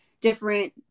different